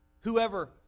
Whoever